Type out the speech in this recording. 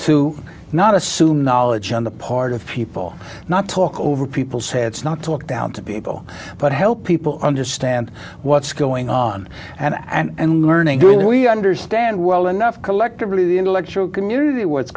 to not assume knowledge on the part of people not talk over people's heads not talk down to people but help people understand what's going on and on and learning do we understand well enough collectively the intellectual community what's